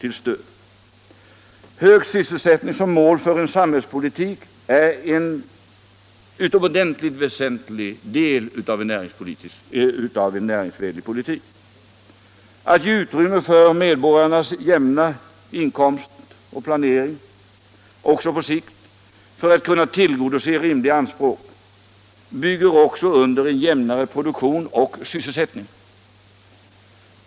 Hög sysselsättning som mål för samhällets politik är en utomordentligt väsentlig del av en näringsvänlig politik. Att ge utrymme för medborgarnas jämna inkomstutveckling och planering också på sikt, för att kunna tillgodose rimliga anspråk, bygger under även en jämnare produktion och sysselsättning.